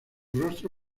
rostro